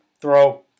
throw